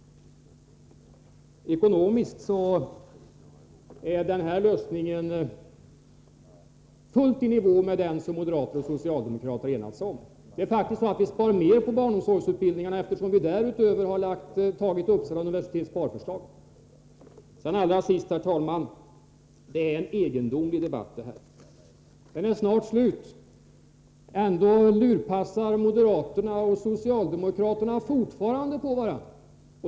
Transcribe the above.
Ekonomiskt är den här lösningen fullt i nivå med den som moderaterna och socialdemokraterna har enats om. Vi spar faktiskt mer på barnomsorgsutbildningarna, eftersom vi därutöver har antagit Uppsala Allra sist, herr talman, vill jag säga att det är en egendomlig debatt. Den är snart slut, men fortfarande lurpassar moderaterna och socialdemokraterna på varandra.